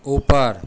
ऊपर